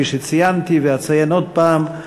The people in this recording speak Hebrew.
כפי שציינתי ואציין עוד פעם,